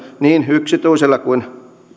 niin yksityisellä kuin